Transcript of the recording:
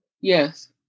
Yes